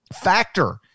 factor